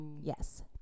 Yes